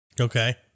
Okay